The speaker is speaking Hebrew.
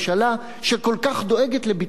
שכל כך דואגת לביטחון העורף,